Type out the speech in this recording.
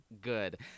good